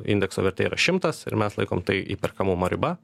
indekso vertė yra šimtas ir mes laikom tai įperkamumo riba